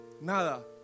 nada